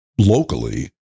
locally